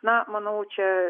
na manau čia